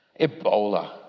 Ebola